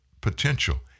potential